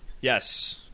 Yes